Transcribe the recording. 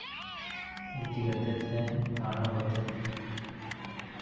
ᱤᱱᱠᱟᱹ ᱠᱟᱛᱮᱫ ᱥᱮ ᱯᱟᱲᱦᱟᱣ ᱠᱟᱛᱮᱫ